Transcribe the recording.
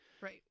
right